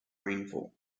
rainfall